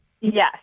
yes